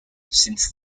since